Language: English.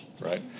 right